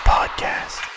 Podcast